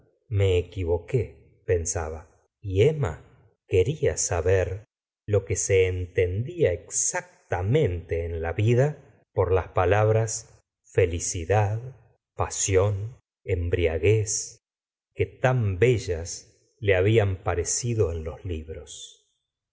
me equivoqu pensaba y emma quería saber lo que se entendía exactamente en la vida por las palabras felicidad pasión enzbriaguez que tan bellas le hablan parecido en los libros